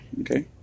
Okay